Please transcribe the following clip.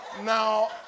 Now